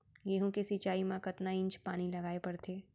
गेहूँ के सिंचाई मा कतना इंच पानी लगाए पड़थे?